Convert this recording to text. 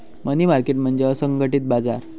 मनी market म्हणजे असंघटित बाजार